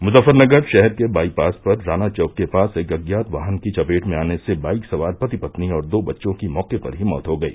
मुजफ्फरनगर शहर के बाईपास पर राना चौक के पास एक अज्ञात वाहन की चपेट में आने से बाइक सवार पति पत्नी और दो बच्चों की मौके पर ही मौत हो गई